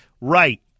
right